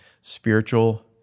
spiritual